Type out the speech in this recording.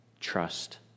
trust